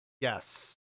Yes